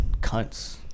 Cunts